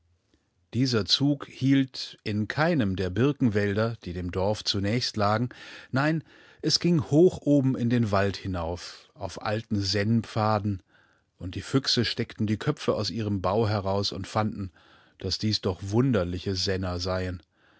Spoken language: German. dieser zug hielt in keinem der birkenwälder die dem dorf zunächst lagen nein es ging hoch oben in den wald hinauf auf alten sennpfaden und die füchse steckten die köpfe aus ihrem bau heraus und fanden daß dies doch wunderliche senner seien